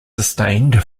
sustained